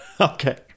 Okay